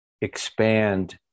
expand